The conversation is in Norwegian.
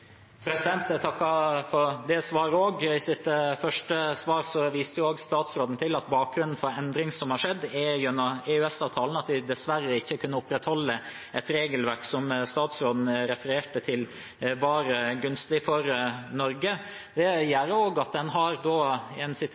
Jeg takker for det svaret også. I sitt første svar viste statsråden til at bakgrunnen for endringen som har skjedd, er at man gjennom EØS-avtalen dessverre ikke kunne opprettholde et regelverk som statsråden refererte til var gunstig for Norge. Det gjør også at man har en